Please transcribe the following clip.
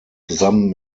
zusammen